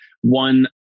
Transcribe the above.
one